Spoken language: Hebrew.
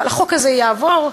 אבל החוק הזה יעבור.